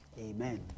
Amen